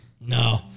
No